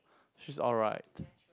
she's alright